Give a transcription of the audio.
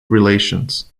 relations